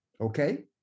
Okay